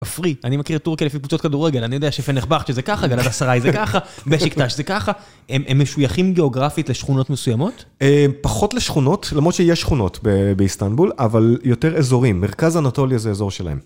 עפרי, אני מכיר טורקה לפי קבוצות כדורגל, אני יודע שפנרבחצ'ה זה ככה, גלעד אסראי זה ככה, משקטש זה ככה, הם משוייכים גיאוגרפית לשכונות מסוימות? פחות לשכונות, למרות שיש שכונות באיסטנבול, אבל יותר אזורים, מרכז אנטוליה זה אזור שלהם.